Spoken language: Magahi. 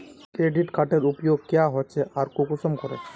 क्रेडिट कार्डेर उपयोग क्याँ होचे आर कुंसम करे?